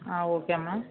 ఒకే అమ్మ